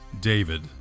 David